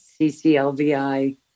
CCLVI